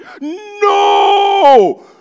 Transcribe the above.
No